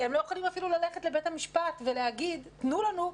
הם לא יכולים אפילו ללכת לבית המשפט ולהגיד "תנו לנו",